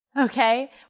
okay